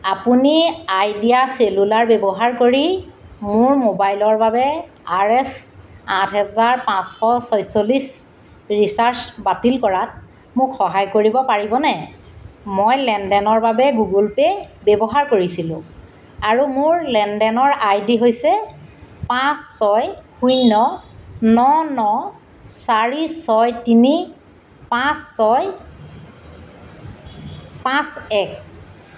আপুনি Idea Cellular ব্যৱহাৰ কৰি মোৰ মোবাইলৰ বাবে আৰ এছ আঠ হেজাৰ পাঁচশ ছয় চল্লিছ ৰিচাৰ্জ বাতিল কৰাত মোক সহায় কৰিব পাৰিবনে মই লেনদেনৰ বাবে গুগল পে' ব্যৱহাৰ কৰিছিলো আৰু মোৰ লেনদেনৰ আই ডি হৈছে পাঁচ ছয় শূন্য ন ন চাৰি ছয় তিনি পাঁচ ছয় পাঁচ এক